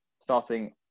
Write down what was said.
Starting